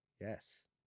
Yes